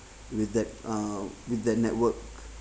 with that uh with that network